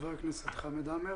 ח"כ חמד עמאר.